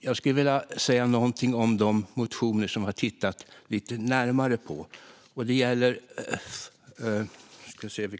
Jag skulle också vilja säga något om de motioner som vi har tittat lite närmare på.